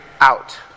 out